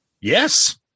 Yes